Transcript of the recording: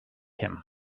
him